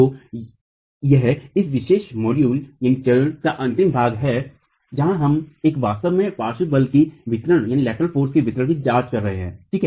तो यह इस विशेष मॉड्यूल का अंतिम भाग है जहां हम वास्तव में पार्श्व बल के वितरण की जांच कर रहे हैं ठीक है